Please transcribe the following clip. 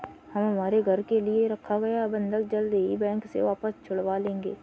हम हमारे घर के लिए रखा गया बंधक जल्द ही बैंक से वापस छुड़वा लेंगे